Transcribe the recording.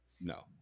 No